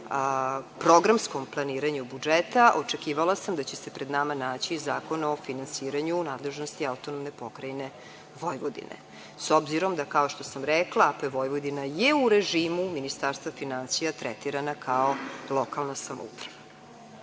programskom planiranju budžeta, očekivala sam da će se pred nama naći i zakon o finansiranju u nadležnosti AP Vojvodine, s obzirom da, kao što sam rekla, AP Vojvodina je u režimu Ministarstva finansija tretirana kao lokalna samouprava.